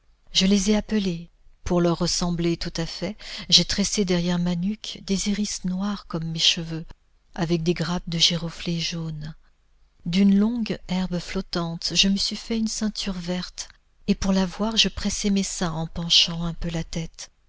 je les ai appelées pour leur ressembler tout à fait j'ai tressé derrière ma nuque des iris noirs comme mes cheveux avec des grappes de giroflées jaunes d'une longue herbe flottante je me suis fait une ceinture verte et pour la voir je pressais mes seins en penchant un peu la tête